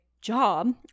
job